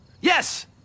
Yes